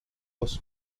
was